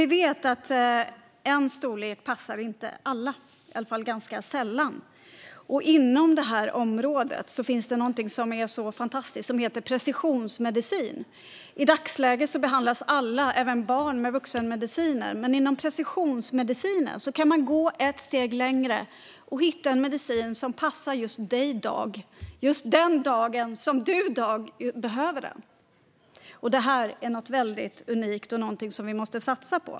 Vi vet att en storlek inte passar alla, eller i alla fall ganska sällan passar alla. Inom detta område finns det någonting fantastiskt som heter precisionsmedicin. I dagsläget behandlas alla, även barn, med vuxenmediciner. Inom precisionsmedicinen kan man gå ett steg längre och hitta en medicin som passar just dig den dagen som du behöver den. Det här är någonting unikt och någonting som vi måste satsa på.